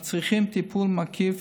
מצריכים טיפול מקיף,